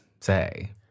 say